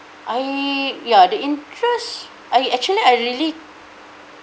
I ya the interest I actually I really